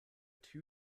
two